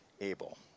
able